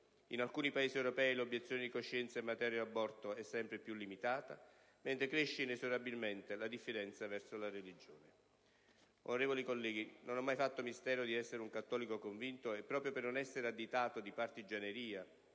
in alcuni Paesi europei l'obiezione di coscienza in materia di aborto è sempre più limitata, mentre cresce inesorabilmente la diffidenza verso la religione.